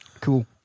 Cool